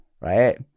right